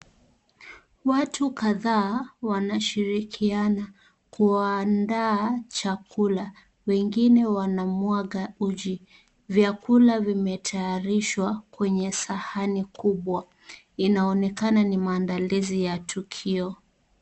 Watu kadhaa wanashirikiana kuandaa chakula. Wengine wanamwaga uji. Vyakula vimetayarishwa kwa sahani kubwa. Inaonekana ni maandalizi ya tukio.